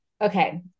Okay